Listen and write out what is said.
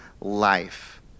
life